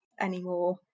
anymore